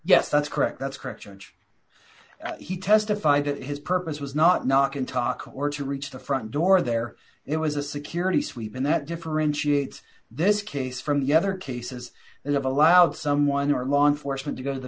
yes that's correct that's correct george he testified that his purpose was not not in talk or to reach the front door there it was a security sweep and that differentiates this case from the other cases that have allowed someone or law enforcement to go to the